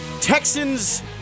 Texans